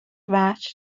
وجه